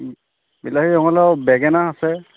বিলাহী ৰঙালাও বেঙেনা আছে